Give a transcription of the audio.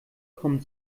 kommen